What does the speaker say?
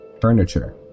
furniture